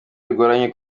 bigoranye